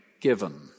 given